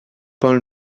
palm